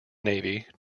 navy